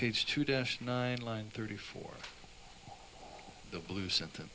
page two dash nine line thirty four the blue sent